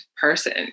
person